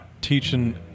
Teaching